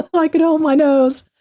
i could hold my nose.